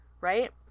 right